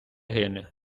гине